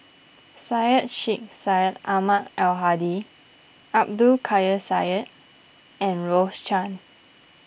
Syed Sheikh Syed Ahmad Al Hadi Abdul Kadir Syed and Rose Chan